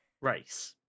race